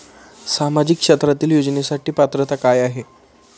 सामाजिक क्षेत्रांतील योजनेसाठी पात्रता काय आहे?